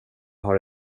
har